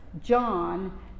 John